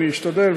ואשתדל,